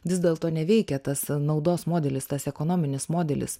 vis dėlto neveikia tas naudos modelis tas ekonominis modelis